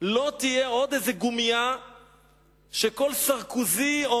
לא תהיה עוד איזה גומייה שכל סרקוזי או